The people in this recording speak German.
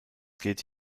geht